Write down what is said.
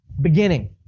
beginning